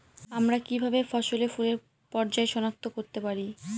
আমরা কিভাবে ফসলে ফুলের পর্যায় সনাক্ত করতে পারি?